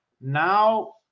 Now